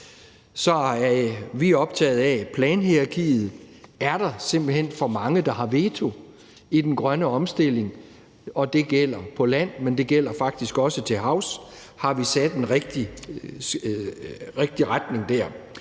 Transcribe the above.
Så vi er optaget af, at der i planhierakiet simpelt hen er for mange, der har vetoret i den grønne omstilling, og det gælder på land, men det gælder faktisk også til havs. Har vi sat en rigtig retning der?